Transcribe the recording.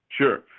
Sure